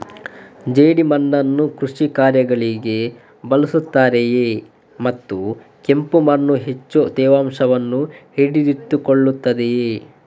ಜೇಡಿಮಣ್ಣನ್ನು ಕೃಷಿ ಕಾರ್ಯಗಳಿಗೆ ಬಳಸುತ್ತಾರೆಯೇ ಮತ್ತು ಕೆಂಪು ಮಣ್ಣು ಹೆಚ್ಚು ತೇವಾಂಶವನ್ನು ಹಿಡಿದಿಟ್ಟುಕೊಳ್ಳುತ್ತದೆಯೇ?